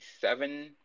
seven